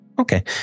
okay